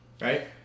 Right